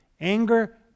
anger